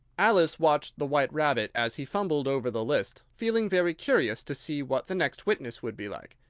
alice watched the white rabbit as he fumbled over the list, feeling very curious to see what the next witness would be like,